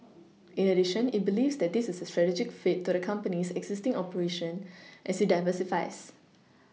in addition it believes that this is a strategic fit to the company's existing operation as it diversifies